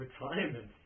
Retirement